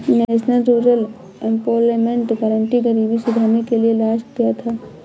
national Rural Employment Guarantee गरीबी सुधारने के लिए लाया गया था